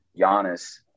Giannis